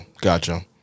Gotcha